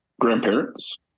grandparents